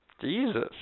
Jesus